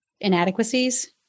inadequacies